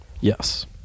Yes